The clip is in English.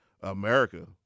America